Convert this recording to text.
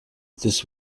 this